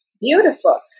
beautiful